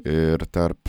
ir tarp